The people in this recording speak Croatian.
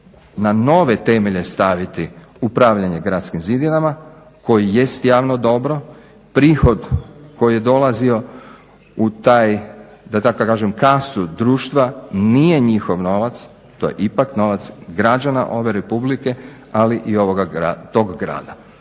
na nove temelje staviti upravljanje gradskim zidinama koji jest javno dobro, prihod koji je dolazio u taj, da tako kažem kasu društva, nije njihov novac, to je ipak novac građana ove Republike, ali i tog grada.